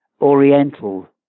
oriental